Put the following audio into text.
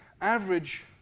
average